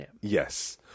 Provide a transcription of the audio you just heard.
Yes